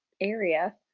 area